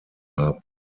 haben